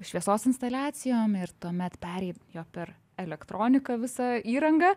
šviesos instaliacijom ir tuomet perėjo per elektroniką visa įranga